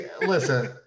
listen